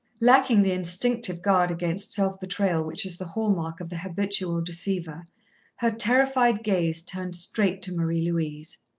lacking the instinctive guard against self-betrayal which is the hall-mark of the habitual deceiver her terrified gaze turned straight to marie-louise.